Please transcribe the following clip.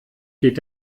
geht